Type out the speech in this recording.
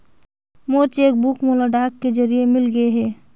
मोर cheque book मोला डाक के जरिए मिलगे हे